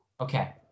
Okay